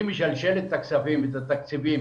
היא משלשלת את התקציבים